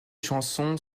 chansons